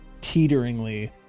teeteringly